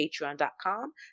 patreon.com